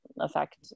affect